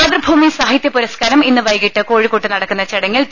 മാതൃഭൂമി സാഹിത്യപുരസ്കാരം ഇന്ന് വൈകിട്ട് കോഴിക്കോട് നടക്കുന്ന ചടങ്ങിൽ ടി